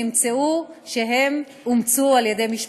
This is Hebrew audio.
נמצא שהם אומצו על-ידי משפחות.